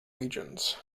legions